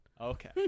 Okay